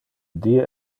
die